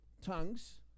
tongues